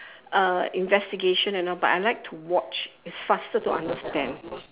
uh investigation and all but I like to watch it's faster to understand